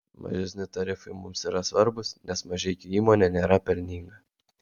mažesni tarifai mums yra svarbūs nes mažeikių įmonė nėra pelninga